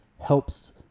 helps